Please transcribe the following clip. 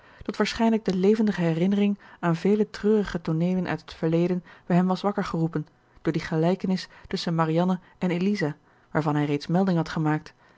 dat waarschijnlijk de levendige herinnering aan vele treurige tooneelen uit het verleden bij hem was wakker geroepen door die gelijkenis tusschen marianne en eliza waarvan hij reeds melding had gemaakt